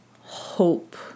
hope